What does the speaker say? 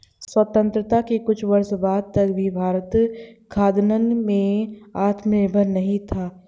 स्वतंत्रता के कुछ वर्षों बाद तक भी भारत खाद्यान्न में आत्मनिर्भर नहीं था